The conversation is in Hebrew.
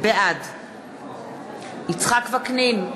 בעד יצחק וקנין,